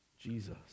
Jesus